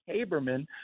Haberman